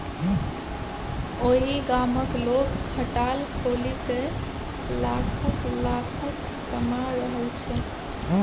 ओहि गामक लोग खटाल खोलिकए लाखक लाखक कमा रहल छै